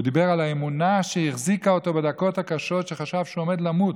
הוא דיבר על האמונה שהחזיקה אותו בדקות הקשות שהוא חשב שהוא עומד למות,